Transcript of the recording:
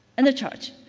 and a church,